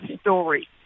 story